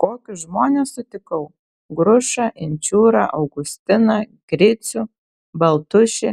kokius žmones sutikau grušą inčiūrą augustiną gricių baltušį